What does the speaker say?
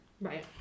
Right